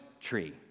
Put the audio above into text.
tree